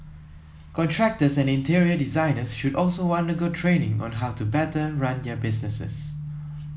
contractors and interior designers should also wonder go training on how to better run their businesses